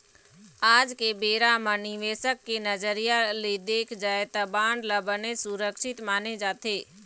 आज के बेरा म निवेसक के नजरिया ले देखे जाय त बांड ल बनेच सुरक्छित माने जाथे